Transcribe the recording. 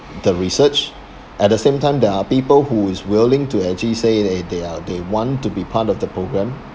the research at the same time there are people who is willing to actually say they they uh they want to be part of the programme